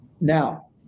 Now